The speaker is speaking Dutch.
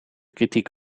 kritiek